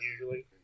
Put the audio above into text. usually